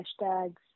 hashtags